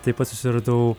taip pat susiradau